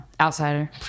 outsider